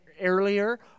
earlier